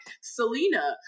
Selena